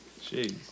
Jeez